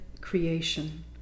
creation